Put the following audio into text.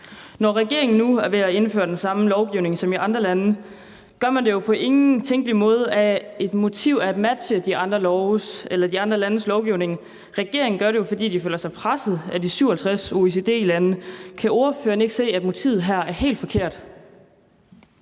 Når regeringen nu er ved at indføre den samme lovgivning som i andre lande, gør man det jo på ingen tænkelig måde med et motiv om at matche de andre landes lovgivning. Regeringen gør det jo, fordi den føler sig presset af de 57 OIC-lande . Kan ordføreren ikke se, at motivet her er helt forkert?